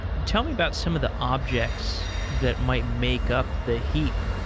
tell me about some of the objects that might make up the heap.